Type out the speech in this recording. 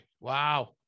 Wow